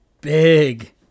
big